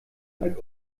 einen